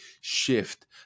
shift